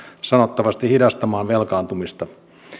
sanottavasti hidastamaan velkaantumista